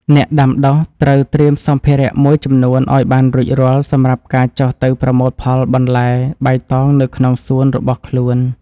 អ្នកដាំដុះត្រូវត្រៀមសម្ភារៈមួយចំនួនឱ្យបានរួចរាល់សម្រាប់ការចុះទៅប្រមូលផលបន្លែបៃតងនៅក្នុងសួនរបស់ខ្លួន។